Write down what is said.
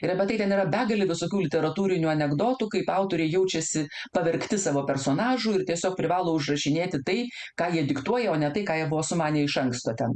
ir apie tai ten yra begalė visokių literatūrinių anekdotų kaip autoriai jaučiasi pavergti savo personažų ir tiesiog privalo užrašinėti tai ką jie diktuoja o ne tai ką jie buvo sumanę iš anksto ten